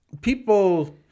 people